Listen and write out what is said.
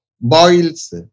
boils